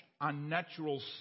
unnatural